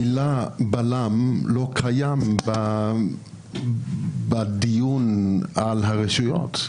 המילה בלם לא קיימת בדיון על הרשויות.